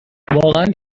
واقعن